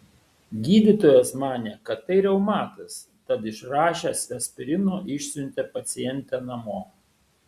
gydytojas manė kad tai reumatas tad išrašęs aspirino išsiuntė pacientę namo